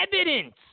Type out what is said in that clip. evidence